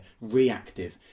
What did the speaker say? Reactive